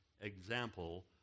example